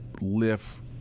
lift